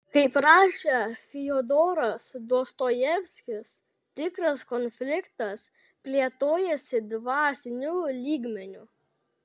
kaip rašė fiodoras dostojevskis tikras konfliktas plėtojasi dvasiniu lygmeniu